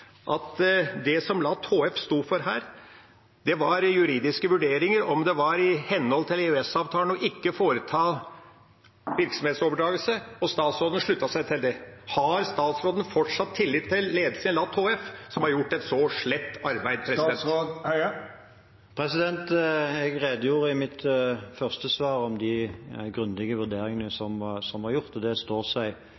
at det som LAT HF sto for her, var juridiske vurderinger, om det var i henhold til EØS-avtalen å ikke foreta virksomhetsoverdragelse – og statsråden sluttet seg til det. Har statsråden fortsatt tillit til ledelsen i LAT HF, som har gjort et så slett arbeid? Jeg redegjorde i mitt første svar om de grundige vurderingene